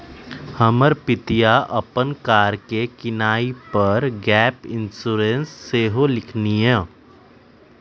हमर पितिया अप्पन कार के किनाइ पर गैप इंश्योरेंस सेहो लेलखिन्ह्